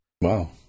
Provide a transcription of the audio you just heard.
Wow